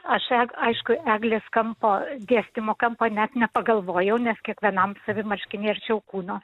aš eg aišku eglės kampo dėstymo kampo net nepagalvojau nes kiekvienam savi marškiniai arčiau kūno